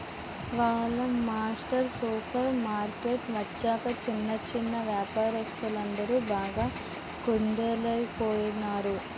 wall mart super market వచ్చాక చిన్న చిన్నా వ్యాపారస్తులందరు బాగా కుదేలయిపోనారు